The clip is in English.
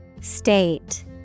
State